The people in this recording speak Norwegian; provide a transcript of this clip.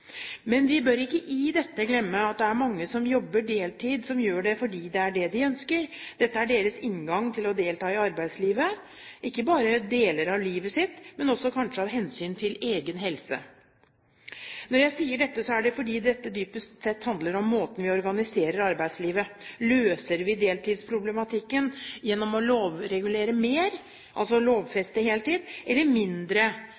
Men vi bør ikke i dette glemme at det er mange som jobber deltid, som gjør det fordi det er det de ønsker. Dette er deres inngang til å delta i arbeidslivet, ikke bare i deler av livet sitt, men også kanskje av hensyn til egen helse. Når jeg sier dette, er det fordi det dypest sett handler om måten vi organiserer arbeidslivet på: Løser vi deltidsproblematikken gjennom å lovregulere mer – altså